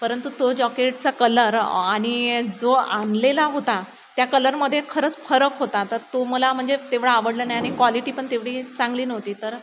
परंतु तो जॉकेटचा कलर ऑ आणि जो आणलेला होता त्या कलरमध्ये खरंच फरक होता तर तो मला म्हणजे तेवढा आवडला नाही आणि कॉलिटी पण तेवढी चांगली नव्हती तर